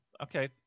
okay